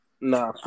Nah